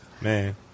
Man